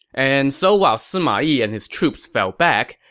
and so while sima yi and his troops fell back,